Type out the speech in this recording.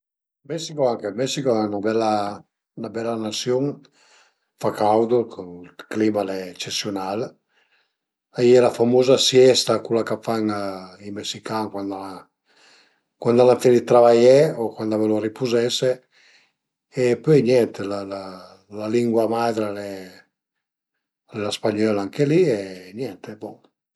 La volta che sun stait pi furtünà al e staita ën pochi d'ani fa che parei al e vënume l'istinto dë giöghe dë giöghe al lot e ën cul periodo li dövìa cumpré ël bosch për la stüa a bosch e alura l'ai giügà, sai nen se l'avìa giügà dui euro o tre euro e l'ai vinciü, l'ai vinciü e i pudü cumpré ël bosch për scaudeme